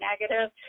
negative